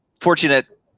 fortunate